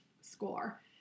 score